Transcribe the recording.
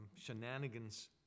shenanigans